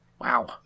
Wow